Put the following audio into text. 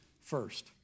first